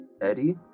Eddie